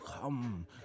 come